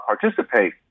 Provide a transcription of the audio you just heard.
participate